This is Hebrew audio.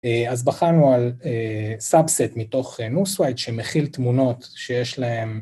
אז בחנו על סאבסט מתוך נוסווייד, שמכיל תמונות שיש להן.